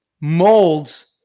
molds